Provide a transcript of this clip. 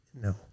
No